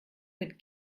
mit